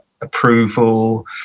approval